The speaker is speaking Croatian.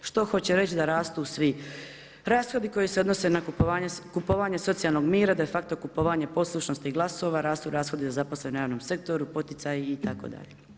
Što hoće reći da rastu svi rashodi koji se odnose na kupovanje socijalnog mira, de facto kupovanja poslušnosti glasova, rastu rashodi zaposlenih u javnom sektoru, poticaji itd.